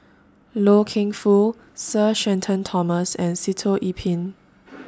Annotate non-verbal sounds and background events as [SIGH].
Loy Keng Foo Sir Shenton Thomas and Sitoh Yih Pin [NOISE]